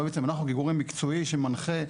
אבל בעצם אנחנו כגורם מקצועי שמנחה,